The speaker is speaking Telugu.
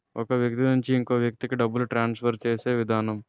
ఒక వ్యక్తి నుంచి ఇంకొక వ్యక్తికి డబ్బులు ట్రాన్స్ఫర్ చేసే విధానం